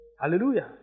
Hallelujah